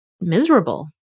miserable